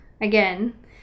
again